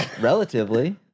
Relatively